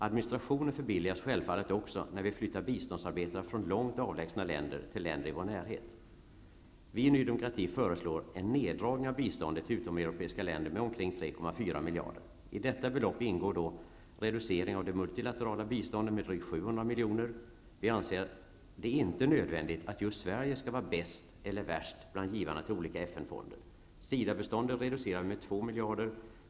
Administrationen förbilligas självfallet också om vi flyttar biståndsarbetare från avlägsna länder till mer närliggande länder. Vi i Ny demokrati föreslår en neddragning av biståndet till utomeuropeiska länder med omkring 3,4 miljarder. I detta belopp ingår reducering av det multilaterala biståndet med drygt 700 milj.kr. Vi anser inte att det är nödvändigt att just Sverige skall vara bäst -- eller värst -- bland givarna till olika FN fonder. SIDA-biståndet vill vi reducera med 2 miljarder.